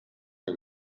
der